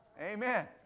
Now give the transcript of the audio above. Amen